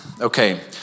Okay